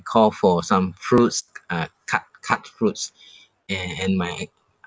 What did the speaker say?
call for some fruits uh cut cut fruits and and my